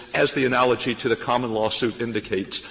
as the analogy to the common law suit indicates,